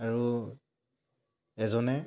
আৰু এজনে